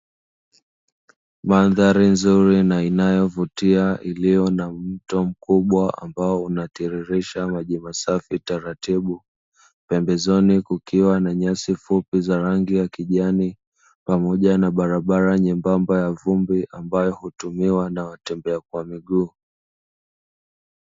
Mandhari nzuri na inayovutia iliyo na mto mkubwa ambayo inatiririsha maji taratibu, pembezoni kukiwa na nyasi fupi za rangi ya kijani pamoja na barabara ya vumbi; ambayo hutumiwa kwa watembea kwa miguu.